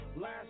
last